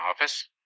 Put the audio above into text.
office